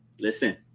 Listen